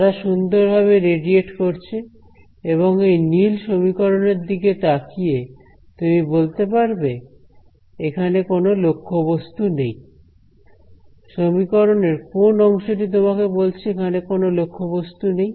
তারা সুন্দর ভাবে রেডিয়েট করছে এবং এই নীল সমীকরণের দিকে তাকিয়ে তুমি বলতে পারবে এখানে কোন লক্ষ্যবস্তু নেই সমীকরণের কোন অংশটি তোমাকে বলছে এখানে কোন লক্ষ্যবস্তু নেই